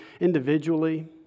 individually